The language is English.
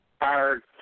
hired